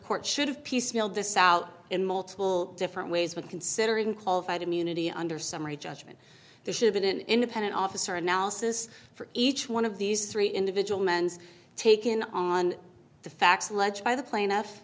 court should have piecemealed this out in multiple different ways when considering qualified immunity under summary judgment there should have been an independent officer analysis for each one of these three individual mens taken on the facts alleged by the plaintiff